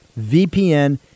vpn